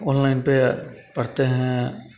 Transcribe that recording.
online पे पढ़ते हैं